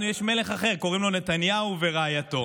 לנו יש מלך אחר, קוראים לו "נתניהו ורעייתו".